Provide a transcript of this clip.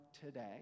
today